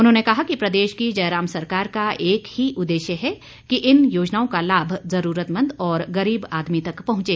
उन्होंने कहा कि प्रदेश की जयराम सरकार का एक ही उद्देश्य है कि इन योजनाओं का लाभ जरूरतमंद और गरीब आदमी तक पहुंचे